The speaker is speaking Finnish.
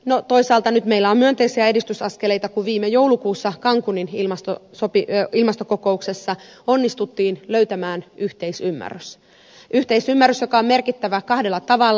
no toisaalta nyt meillä on myönteisiä edistysaskeleita kun viime joulukuussa cancunin ilmastokokouksessa onnistuttiin löytämään yhteisymmärrys yhteisymmärrys joka on merkittävä kahdella tavalla